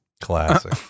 Classic